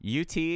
UT